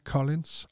Collins